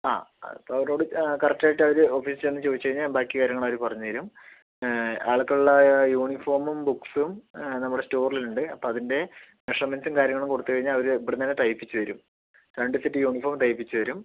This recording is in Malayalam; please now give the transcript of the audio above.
ആ അതിപ്പോൾ അവരോട് കറക്റ്റ് ആയിട്ടവര് ഓഫീസിൽ ചെന്ന് ചോദിച്ചുകഴിഞ്ഞാൽ ബാക്കി കാര്യങ്ങൾ അവര് പറഞ്ഞുതരും ആൾക്കുള്ള യൂണിഫോമും ബുക്ക്സും നമ്മുടെ സ്റ്റോറിലുണ്ട് അപ്പോൾ അതിൻ്റെ മെഷർമെൻറും കാര്യങ്ങളും കൊടുത്തുകഴിഞ്ഞാൽ അവരിവിടുന്നുതന്നെ തയ്പ്പിച്ചുതരും രണ്ടു സെറ്റ് യൂണിഫോം തയ്പ്പിച്ചുതരും